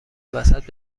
وسط